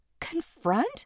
Confront